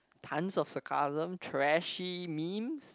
tons of sarcasm trashy memes